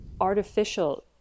artificial